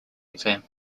exam